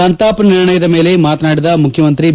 ಸಂತಾಪ ನಿರ್ಣಯದ ಮೇಲೆ ಮಾತನಾಡಿದ ಮುಖ್ಯಮಂತ್ರಿ ಬಿ